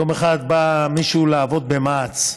יום אחד בא מישהו לעבוד במע"צ,